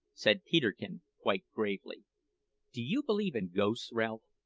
said peterkin quite gravely do you believe in ghosts, ralph?